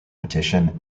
petition